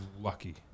lucky